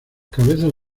cabezas